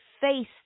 face